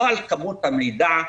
לא על כמות המידע,